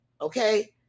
Okay